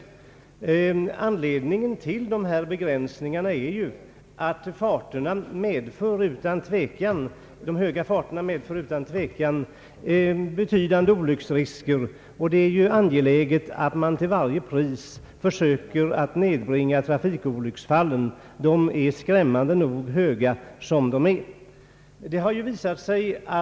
Anledningen till fartbegränsningarna är ju att de höga farterna medför betydande olycksrisker. Det är angeläget att till varje pris försöka nedbringa trafikolycksfallens antal och svårighetsgrad. Som det nu förhåller sig är ju olyckorna skrämmande många och svåra.